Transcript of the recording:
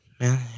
Man